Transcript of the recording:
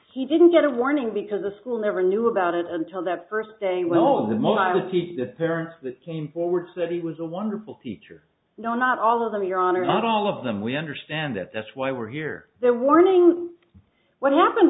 he didn't get a warning because the school never knew about it until that first day when all of the model t the parents that came forward said he was a wonderful teacher no not all of them your honor not all of them we understand that that's why we're here they're warning what happened